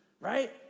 right